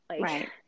Right